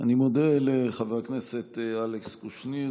אני מודה לחבר הכנסת אלכס קושניר,